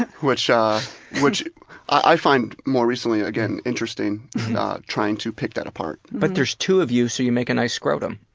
which um which i find more recently, and again, interesting trying to pick that apart. but there's two of you so you make a nice scrotum.